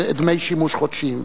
דמי שימוש חודשיים.